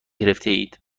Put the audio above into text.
گرفتهاید